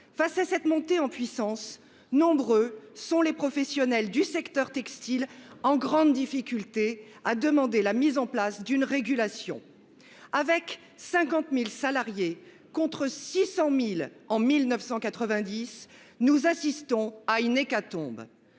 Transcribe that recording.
Face à cette montée en puissance, nombreux sont les professionnels du secteur textile, en grande difficulté, à demander la mise en place d’une régulation. Avec 50 000 salariés, contre 600 000 en 1990, nous assistons à une véritable